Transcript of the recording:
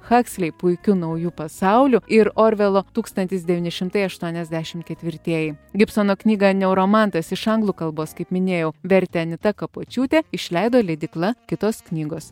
hakslei puikiu nauju pasauliu ir orvelo tūkstantis devyni šimtai aštuoniasdešim ketvirtieji gibsono knygą neuromantas iš anglų kalbos kaip minėjau vertė anita kapočiūtė išleido leidykla kitos knygos